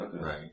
Right